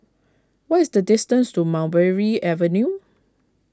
what is the distance to Mulberry Avenue